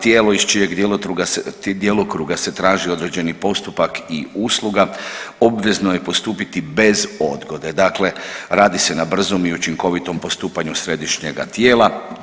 Tijelo iz čijeg djelokruga se traži određeni postupak i usluga obvezno je postupiti bez odgode, dakle radi se na brzom i učinkovitom postupanju središnjega tijela.